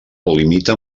limita